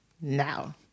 now